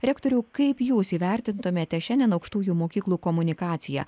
rektoriau kaip jūs įvertintumėte šiandien aukštųjų mokyklų komunikaciją